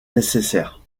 nécessaires